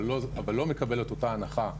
אבל לא מקבל את אותה הנחה,